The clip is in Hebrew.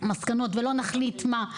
ולא נחליט מה,